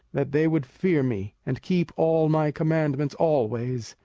that they would fear me, and keep all my commandments always,